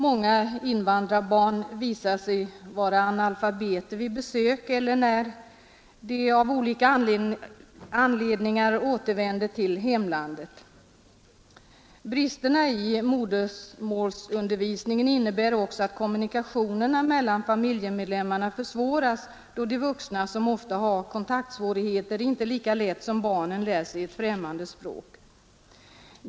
Många invandrarbarn visar sig vara analfabeter vid besök eller när de av olika anledningar återvänder till hemlandet. Bristerna i modersmålsundervisningen innebär också att kommunikationerna mellan familjemedlem marna försvåras, då de vuxna, som ofta har kontaktsvårigheter, inte lika lätt som barnen lär sig ett främmande språk.